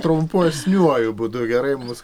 trumpesniuoju būdu gerai mus